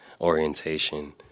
orientation